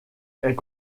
est